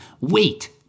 wait